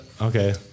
Okay